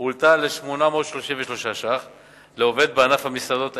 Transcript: הועלתה ל-833 שקלים לעובד בענף המסעדות האתניות.